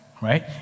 right